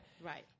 Right